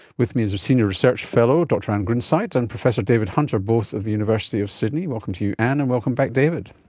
with me is senior research fellow dr anne grunseit, and professor david hunter, both of the university of sydney. welcome to you, anne, and welcome back david.